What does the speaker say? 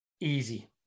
Easy